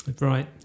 right